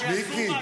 זה משובח.